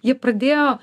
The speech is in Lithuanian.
jie pradėjo